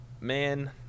man